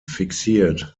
fixiert